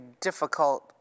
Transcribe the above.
difficult